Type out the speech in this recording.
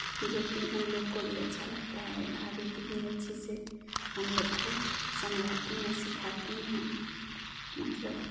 जो कि उन लोग को भी अच्छा लगता है भाभी कितनी अच्छी से हम लोग को समझाती हैं सिखाती हैं मतलब